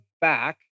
back